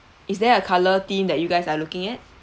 is there a colour theme that you guys are looking at